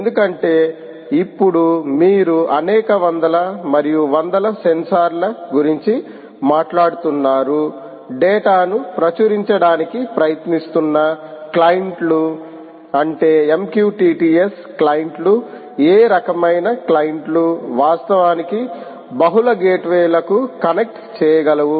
ఎందుకంటే ఇప్పుడు మీరు అనేక వందల మరియు వందల సెన్సార్ల గురించి మాట్లాడుతున్నారు డేటా ను ప్రచురించడానికి ప్రయత్నిస్తున్న క్లయింట్లు అంటే MQTT S క్లయింట్లు ఏ రకమైన క్లయింట్లు వాస్తవానికి బహుళ గేట్వేలకు కనెక్ట్ చేయగలవు